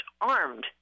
armed